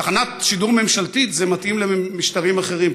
תחנת שידור ממשלתית זה מתאים למשטרים אחרים,